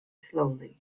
slowly